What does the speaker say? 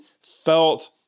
felt